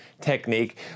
technique